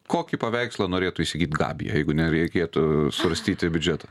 kokį paveikslą norėtų įsigyt gabija jeigu nereikėtų svarstyti biudžeto